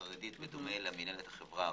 החרדית בדומה למינהלת בחברה הערבית.